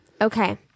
Okay